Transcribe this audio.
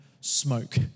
smoke